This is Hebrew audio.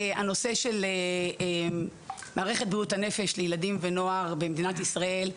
הנושא של מערכת בריאות הנפש לילדים ונוער במדינת ישראל,